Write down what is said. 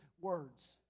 words